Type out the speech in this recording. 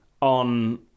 on